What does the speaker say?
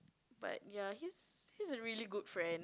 but ya he's he's a really good friend